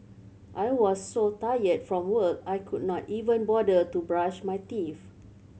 I was so tired from work I could not even bother to brush my teeth